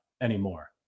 anymore